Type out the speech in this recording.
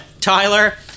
Tyler